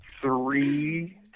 three